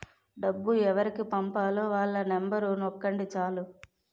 డబ్బు ఎవరికి పంపాలో వాళ్ళ నెంబరు నొక్కండి చాలు